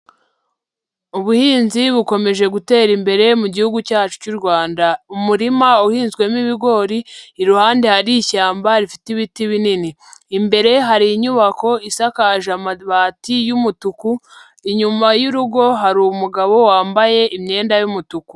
Ubuhinzi bukomeje gutera imbere mu Gihugu cyacu cy'u Rwanda, umurima uhinzwemo ibigori, iruhande hari ishyamba rifite ibiti binini, imbere hari inyubako isakaje amabati y'umutuku, inyuma y'urugo hari umugabo wambaye imyenda y'umutuku.